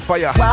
Fire